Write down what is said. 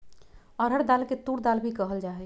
अरहर दाल के तूर दाल भी कहल जाहई